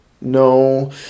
No